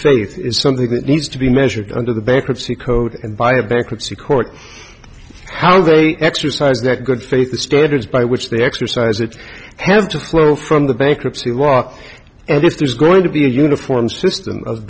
faith is something that needs to be measured under the bankruptcy code and by a bankruptcy court how they exercise that good faith the standards by which they exercise it has to flow from the bankruptcy law and if there's going to be a uniform system of